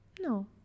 No